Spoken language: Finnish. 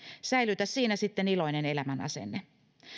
säilytä siinä sitten iloinen elämänasenne